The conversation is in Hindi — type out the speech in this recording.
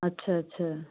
अच्छा अच्छा